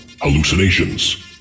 hallucinations